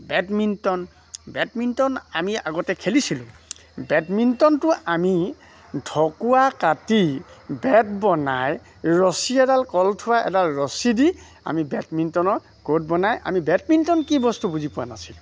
badminton badminton আমি আগতে খেলিছিলোঁ বেডমিণ্টনটো আমি ঢকুৱা কাটি বেট বনাই ৰছী এডাল কলঠোৱা এডাল ৰছী দি আমি বেডমিণ্টনৰ ক'ৰ্ট বনাই আমি বেডমিণ্টন কি বস্তু বুজি পোৱা নাছিলোঁ